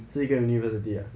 是一个 university ah